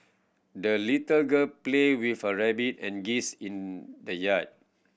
the little girl played with her rabbit and geese in the yard